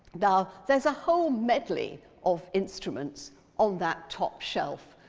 now, there's a whole medley of instruments on that top shelf,